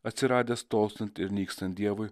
atsiradęs tolstant ir nykstant dievui